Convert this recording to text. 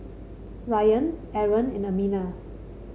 Ryan Aaron and Aminah